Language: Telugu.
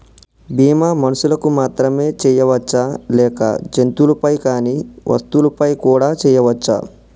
బీమా మనుషులకు మాత్రమే చెయ్యవచ్చా లేక జంతువులపై కానీ వస్తువులపై కూడా చేయ వచ్చా?